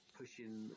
pushing